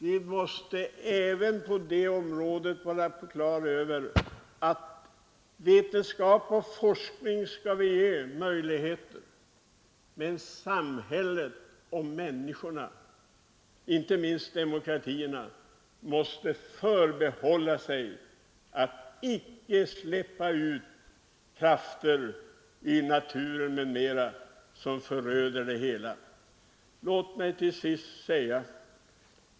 Därför skall vi vara på det klara med att vi visserligen skall ge vetenskap och forskning stora möjligheter, men människorna, samhället och demokratierna måste förbinda sig att inte släppa loss krafter som föröder hela vår natur.